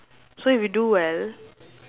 so if you do well